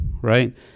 right